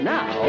Now